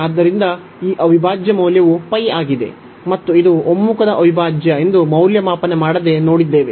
ಆದ್ದರಿಂದ ಈ ಅವಿಭಾಜ್ಯ ಮೌಲ್ಯವು ಆಗಿದೆ ಮತ್ತು ಇದು ಒಮ್ಮುಖದ ಅವಿಭಾಜ್ಯ ಎಂದು ಮೌಲ್ಯಮಾಪನ ಮಾಡದೆ ನೋಡಿದ್ದೇವೆ